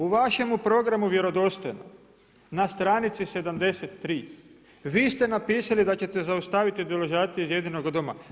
U vašemu Programu „Vjerodostojno“ na stranici 73, vi sta napisali da ćete zaustaviti deložaciju iz jedinoga doma.